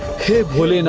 kid will you know